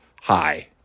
Hi